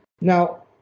Now